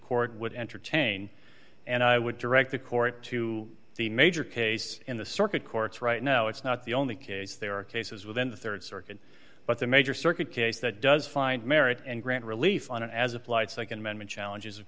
court would entertain and i would direct the court to the major case in the circuit courts right now it's not the only case there are cases within the rd circuit but the major circuit case that does find merit and grant relief on as a flight nd amendment challenge is of